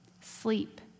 Sleep